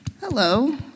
Hello